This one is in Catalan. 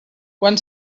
quan